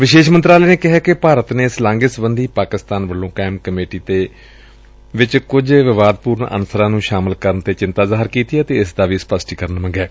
ਵਿਦੇਸ਼ ਮੰਤਰਾਲੇ ਨੇ ਕਿਹੈ ਕਿ ਭਾਰਤ ਨੇ ਇਸ ਲਾਘੇ ਸਬੰਧੀ ਪਾਕਿਸਤਾਨ ਵੱਲੋਂ ਕਾਇਮ ਕਮੇਟੀ ਚ ਕੁਝ ਵਿਵਾਦਪੂਰਨ ਅਨਸਰਾਂ ਨੂੰ ਸ਼ਾਮਲ ਕਰਨ ਤੇ ਚਿੰਤਾ ਜ਼ਾਹਿਰ ਕੀਤੀ ਏ ਅਤੇ ਇਸ ਦਾ ਵੀ ਸਪਸ਼ਟੀਕਰਨ ਮੰਗਿਐ